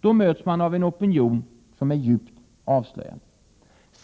Då möts man av en opinion som är djupt avslöjande.